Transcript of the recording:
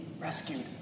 Rescued